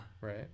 right